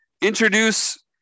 introduce